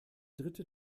dritte